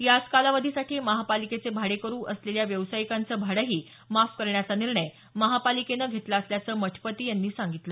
याच कालावधीसाठी महापालिकेचे भाडेकरू असलेल्या व्यावसायिकाचं भाडंही माफ करण्याचा निर्णय महापालिकेनं घेतला असल्याचं मठपती यांनी सांगितलं